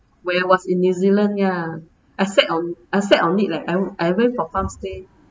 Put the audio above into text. when I was in new zealand ya I sat on it I sat on it leh I I went for farm stay